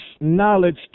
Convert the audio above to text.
knowledge